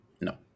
No